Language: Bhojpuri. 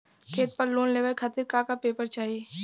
खेत पर लोन लेवल खातिर का का पेपर चाही?